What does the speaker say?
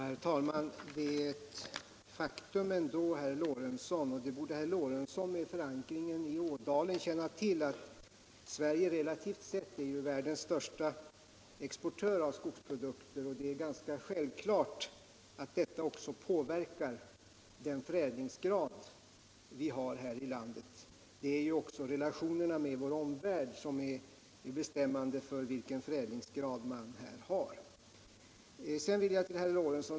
Herr talman! Det är ändå ett faktum — som herr Lorentzon med sin förankring i Ådalen borde känna till! — att Sverige relativt sett är världens största exportör av skogsprodukter. Det är självklart att detta också påverkar den förädlingsgrad vi har här i landet. Även relationerna med vår omvärld är bestämmande för vilken förädlingsgrad vi har.